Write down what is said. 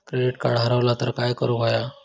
Credit card हरवला तर काय करुक होया?